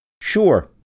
sure